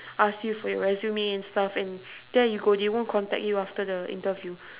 ask you for your resume and stuff and there you go they won't contact you after the interview